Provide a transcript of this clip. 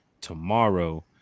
tomorrow